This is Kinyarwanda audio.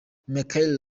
mikel